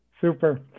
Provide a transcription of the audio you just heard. Super